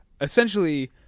essentially